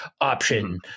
option